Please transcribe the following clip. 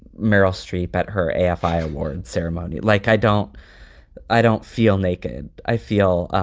meryl streep at her f i. awards ceremony. like, i don't i don't feel naked i feel